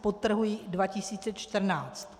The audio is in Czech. Podtrhuji 2014.